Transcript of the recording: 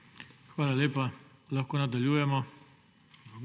Hvala lepa. Lahko nadaljujemo?